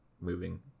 moving